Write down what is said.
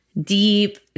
deep